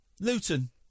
Luton